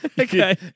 Okay